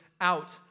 out